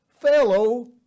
fellow